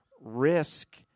risk